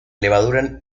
levadura